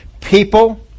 people